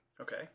Okay